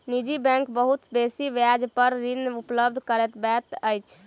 निजी बैंक बहुत बेसी ब्याज पर ऋण उपलब्ध करबैत अछि